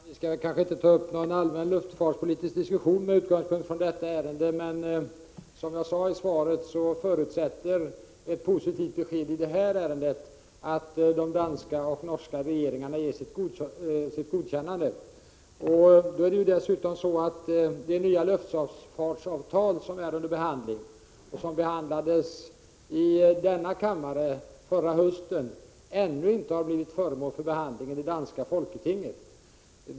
Herr talman! Vi skall kanske inte ta upp någon allmän luftfartspolitisk diskussion "med utgångspunkt i detta ärende. Som jag sade i svaret, förutsätter ett positivt besked i det här ärendet att de danska och norska regeringarna ger sitt godkännande. Dessutom är det så att det nya luftfartsavtal som är under utarbetande och som behandlades i denna kammare förra hösten ännu inte har blivit föremål för behandling i det danska folketinget.